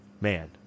man